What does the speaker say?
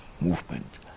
movement